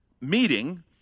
meeting